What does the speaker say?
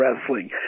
wrestling